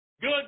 good